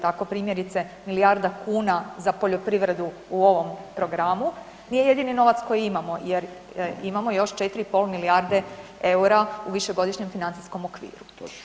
Tako primjerice milijarda kuna za poljoprivredu u ovom programu nije jedini novac koji imamo jer imamo još 4,5 milijarde EUR-a u višegodišnjem financijskom okviru.